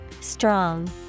Strong